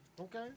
Okay